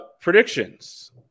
Predictions